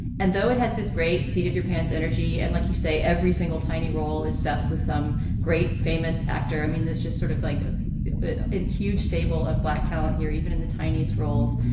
and though it has this great seat of your pants energy and like you say every single tiny role is stuffed with some great famous actor. i mean this just sort of like ah a huge stable of black talent here even in the tiniest roles.